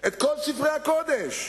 את כל ספרי הקודש.